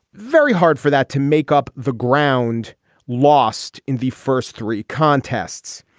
very hard for that to make up the ground lost in the first three contests.